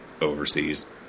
overseas